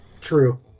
True